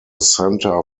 centre